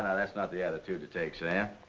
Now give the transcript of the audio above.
that's not the attitude to take, sam.